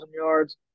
yards